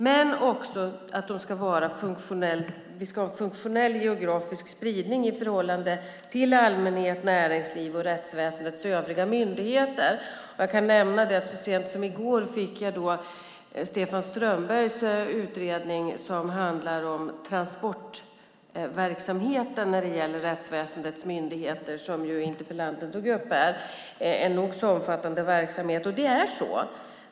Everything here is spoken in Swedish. De ska också ha en funktionell geografisk spridning i förhållande till allmänhet, näringsliv och rättsväsendets övriga myndigheter. Jag kan nämna att så sent som i går fick jag Stefan Strömbergs utredning som handlar om transportverksamheten inom rättsväsendets myndigheter, som interpellanten tog upp här. Det är en nog så omfattande verksamhet.